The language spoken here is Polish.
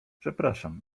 przepraszam